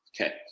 Okay